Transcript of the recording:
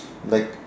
like